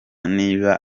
niba